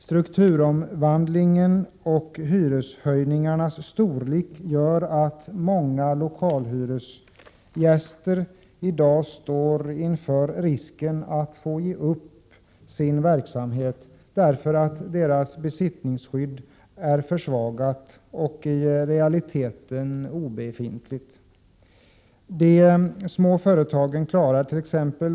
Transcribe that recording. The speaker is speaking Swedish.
Strukturomvandlingen och hyreshöjningarnas storlek gör att många lokalhyresgäster i dag står inför risken att få ge upp sin verksamhet, därför att deras besittningsskydd är försvagat och i realiteten obefintligt. De små företagen klarart.ex.